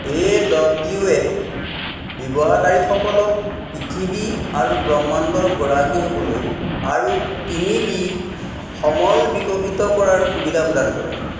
এ ডব্লিউয়ে ব্যৱহাৰকাৰীসকলক পৃথিৱী আৰু ব্ৰহ্মাণ্ডৰ গৰাকী হ'বলৈ আৰু তিনি ডি সমল বিকশিত কৰাৰ সুবিধা প্ৰদান কৰে